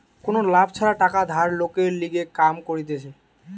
কোনো লাভ ছাড়া টাকা ধার লোকের লিগে কাম করতিছে